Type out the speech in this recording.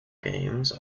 games